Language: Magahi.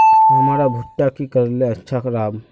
हमर भुट्टा की करले अच्छा राब?